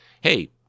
hey